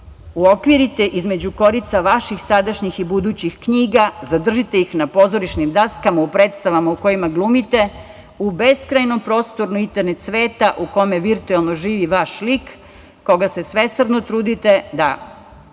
uokvirite između korica vaših sadašnjih i budućih knjiga, zadržite ih na pozorišnim daskama u predstavama u kojima glumite, u beskrajnom prostoru internet sveta u kome virtuelno živi vaš lik, koga se svesrdno trudite da